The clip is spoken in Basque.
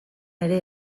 ere